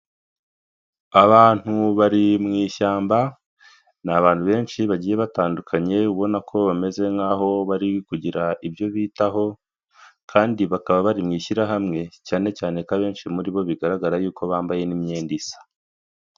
Abantu bari mu ishyamba ni abantu benshi bagiye batandukanye ubona ko bameze nk'aho bari kugira ibyo bitaho, kandi bakaba bari mu ishyirahamwe cyane cyane ko abenshi muri bo bigaragara yuko bambaye n'imyenda isa.